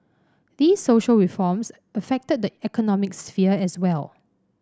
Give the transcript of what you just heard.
these social reforms affect the economic sphere as well